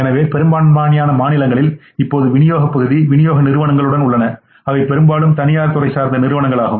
எனவே பெரும்பாலான மாநிலங்களில் இப்போதுவிநியோக பகுதி விநியோக நிறுவனங்களுடன் உள்ளது அவை பெரும்பாலும் தனியார் துறை சார்ந்த நிறுவனங்கள் ஆகும்